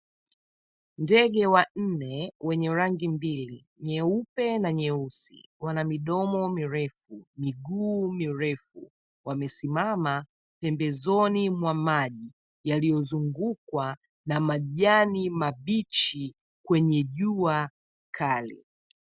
Ndege wanne wenye rangi mbili; nyeupe na nyeusi, wana midomo mirefu, miguu mirefu, wamesimama pembezoni mwa maji, yaliyozungukwa na majani mabichi kwenye jua kali.